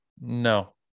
No